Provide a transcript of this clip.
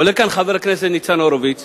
עולה כאן חבר הכנסת ניצן הורוביץ